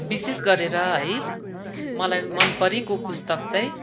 विशेष गरेर है मलाई मनपरेको पुस्तक चाहिँ